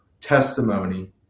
testimony